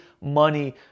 money